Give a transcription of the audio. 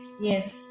Yes